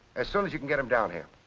as soon as you can get him down here.